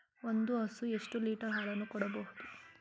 ಒಂದು ಹಸು ಎಷ್ಟು ಲೀಟರ್ ಹಾಲನ್ನು ಕೊಡಬಹುದು?